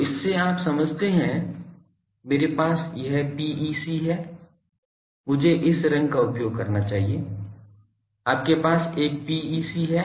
तो इससे आप क्या समझते हैं मेरे पास यह PEC है मुझे इस रंग का उपयोग करना चाहिए आपके पास एक PEC है